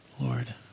Lord